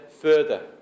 further